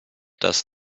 das